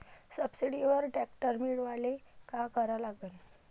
सबसिडीवर ट्रॅक्टर मिळवायले का करा लागन?